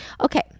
okay